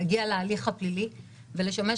הראיה הפורנזית להגיע להליך הפלילי ולשמש